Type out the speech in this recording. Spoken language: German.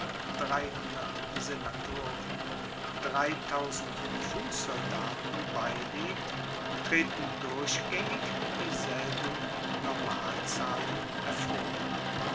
senatoren dreitausend fusssoldaten beilegt treten durchgaengig dieselben normalzahlen hervor